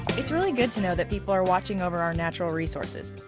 it's really good to know that people are watching over our natural resources.